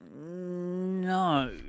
No